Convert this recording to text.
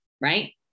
right